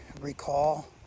recall